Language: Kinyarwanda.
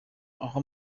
aho